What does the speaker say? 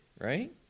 right